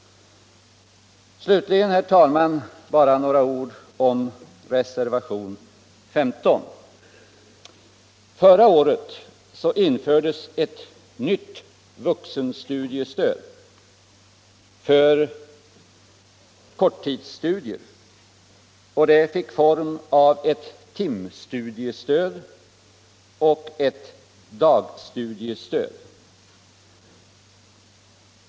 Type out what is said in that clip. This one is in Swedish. Slutligen, herr talman, bara några ord om reservationen 15. Förra året infördes ett nytt vuxenstudiestöd för korttidsstudier. Det fick formen av ett timstudiestöd och ett dagstudiestöd.